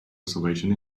reservation